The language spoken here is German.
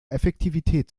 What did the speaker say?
effektivität